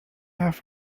حرف